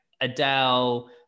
Adele